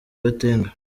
gatenga